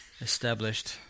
established